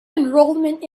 enrollment